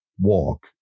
walk